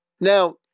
Now